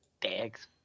Dags